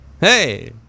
hey